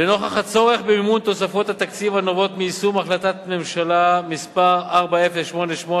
לנוכח הצורך במימון תוספות התקציב הנובעות מיישום החלטת ממשלה מס' 4088